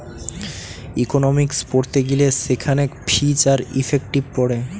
economics পড়তে গিলে সেখানে ফিজ আর ইফেক্টিভ পড়ে